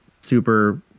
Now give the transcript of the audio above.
super